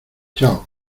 chao